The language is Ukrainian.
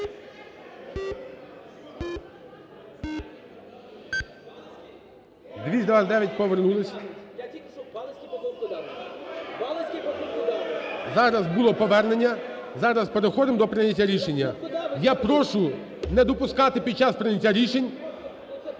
За-229 Повернулись. Зараз було повернення… зараз переходимо до прийняття рішення. Я прошу не допускати під час прийняття рішень